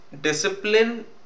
discipline